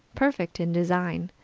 perfect in design.